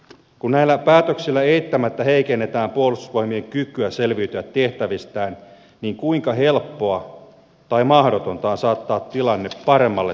kun näillä päätöksillä eittämättä heikennetään puolustusvoimien kykyä selviytyä tehtävistään niin kuinka helppoa tai mahdotonta on saattaa tilanne paremmalle tolalle myöhemmin